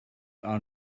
are